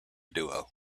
duo